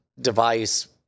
device